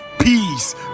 Peace